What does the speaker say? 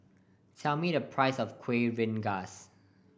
tell me the price of Kuih Rengas